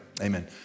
Amen